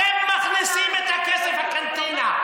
אתם מכניסים את הכסף לקנטינה,